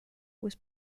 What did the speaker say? was